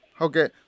Okay